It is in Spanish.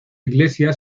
iglesia